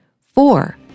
Four